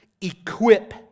equip